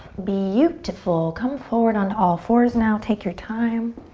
beautiful. come forward on to all fours now. take your time.